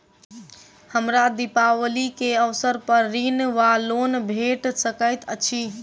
हमरा दिपावली केँ अवसर पर ऋण वा लोन भेट सकैत अछि?